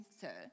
sir